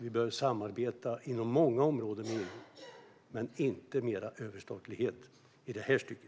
Vi behöver samarbeta inom EU på många områden, men vi ska inte ha mer överstatlighet i detta stycke.